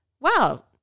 wow